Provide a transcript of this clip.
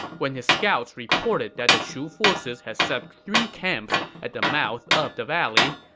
when his scouts reported that the shu forces had set up three camps at the mouth of the valley,